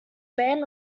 band